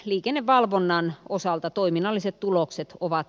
liikennevalvonnan osalta toiminnalliset tulokset ovat